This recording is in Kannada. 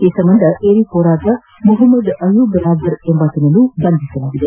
ಈ ಸಂಬಂಧ ಎರಿಪೋರಾದ ಮೊಹಮ್ಮದ್ ಅಯೂಬ್ ರ್ಯಾದರ್ ಎಂಬಾತನನ್ನು ಬಂಧಿಸಲಾಗಿದೆ